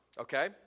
Okay